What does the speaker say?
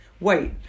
Wait